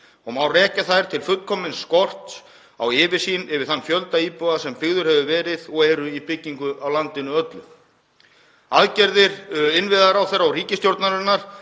og má rekja þær til fullkomins skorts á yfirsýn yfir þann fjölda íbúða sem byggður hefur verið og eru í byggingu á landinu öllu. Aðgerðir innviðaráðherra og ríkisstjórnarinnar,